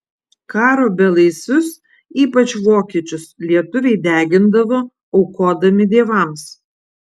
karo belaisvius ypač vokiečius lietuviai degindavo aukodami dievams